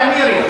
יא מירי.